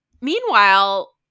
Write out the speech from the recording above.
meanwhile